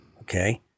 Okay